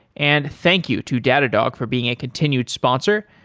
and thank you to datadog for being a continued sponsor.